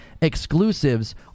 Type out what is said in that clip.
exclusives